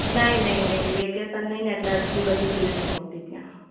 નહીં નહીં નહીં વેકેસન નથી ને એટલે એટલી બધી ભીડ નથી હોતી ત્યાં